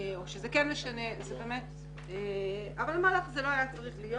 או שזה כן משנה, אבל זה לא היה צריך להיות.